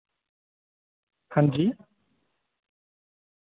हांजी